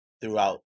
throughout